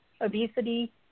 obesity